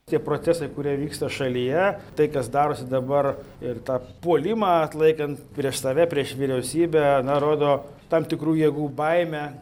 tie procesai kurie vyksta šalyje tai kas darosi dabar ir tą puolimą atlaikant prieš save prieš vyriausybę na rodo tam tikrų jėgų baimę